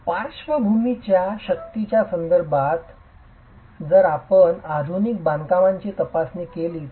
पार्श्वभूमीच्या शक्तीच्या प्रतिसादाच्या संदर्भात जर आपण आधुनिक बांधकामांची तपासणी केली तर